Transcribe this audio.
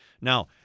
Now